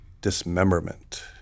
dismemberment